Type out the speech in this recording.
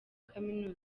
kaminuza